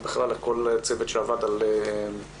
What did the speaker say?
ולכל הצוות שעבד על הדוח,